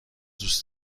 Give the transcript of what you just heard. دوست